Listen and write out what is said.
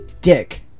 dick